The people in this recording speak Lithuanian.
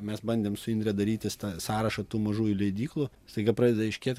mes bandėm su indre darytis tą sąrašą tų mažųjų leidyklų staiga pradeda aiškėt